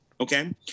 Okay